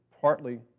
partly